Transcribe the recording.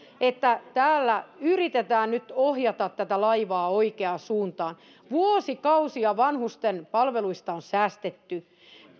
että täällä yritetään nyt ohjata tätä laivaa oikeaan suuntaan vuosikausia vanhustenpalveluista on säästetty